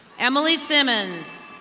emily simmons.